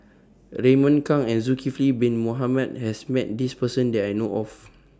Raymond Kang and Zulkifli Bin Mohamed has Met This Person that I know of